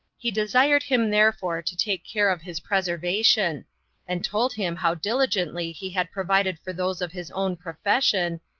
he desired him therefore to take care of his preservation and told him how diligently he had provided for those of his own profession,